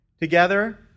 Together